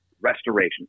restoration